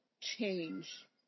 change